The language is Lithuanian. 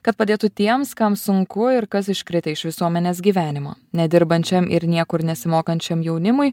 kad padėtų tiems kam sunku ir kas iškritę iš visuomenės gyvenimo nedirbančiam ir niekur nesimokančiam jaunimui